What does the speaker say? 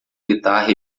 guitarra